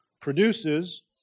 produces